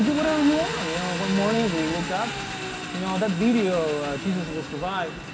but whatever we want. yeah one morning we wake up you know that video jesus will survive,